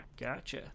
Gotcha